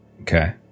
Okay